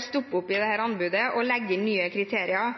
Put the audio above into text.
stoppe dette anbudet og legge inn nye kriterier,